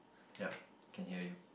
yep can hear you